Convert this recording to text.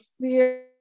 fear